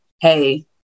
hey